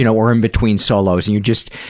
you know, or in between solos, and you just,